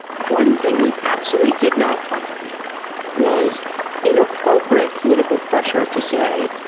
one thing we absolutely did not find was inappropriate political pressure to say,